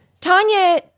Tanya